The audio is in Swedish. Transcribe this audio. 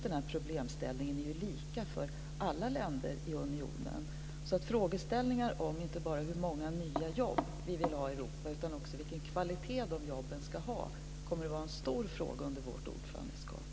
Den här problemställningen är ju likadan för alla länder i unionen. Frågan om inte bara hur många jobb som vi vill ha i Europa utan också vilken kvalitet de jobben ska ha kommer att vara stor under vårt ordförandeskap.